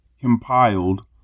compiled